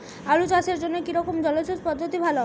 আলু চাষের জন্য কী রকম জলসেচ পদ্ধতি ভালো?